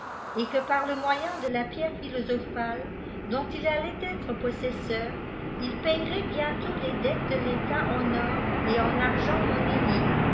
et que parle moyen de la pierre philosophale dont il allait être possesseur il payerait bientôt les dettes de l'etat en or et en argent monnayés